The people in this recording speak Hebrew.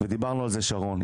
ודיברנו על זה שרון,